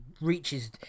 reaches